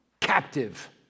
captive